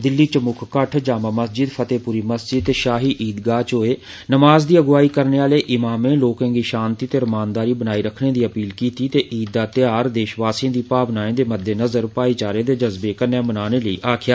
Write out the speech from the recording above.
दिल्ली च मुक्ख जामा मस्जिद फतहेपुरी मस्जिद ते शाही ईदगाह च नमाज दी अगुआई करने आले ईमामें लोके गी शांति ते रमानदारी बनाई रक्खने दी अपील कीती ते ईद दा ध्यार देशवासिए दी भावनाए दे मद्देनजर भाईचारे दे जज्बे कन्नै मनाने लेई आक्खेआ